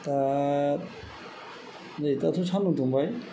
दा नैदाथ' सान्दुं दुंबाय